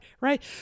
Right